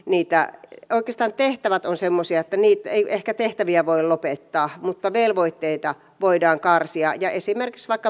oikeastaan tehtävät ovat semmoisia että ehkä niitä ei voi lopettaa mutta velvoitteita voidaan karsia esimerkiksi vaikka pätevyysvaatimuksiin liittyen